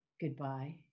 Goodbye